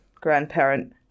grandparent